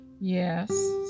Yes